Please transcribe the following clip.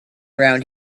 around